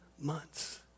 months